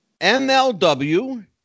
MLW